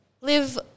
Live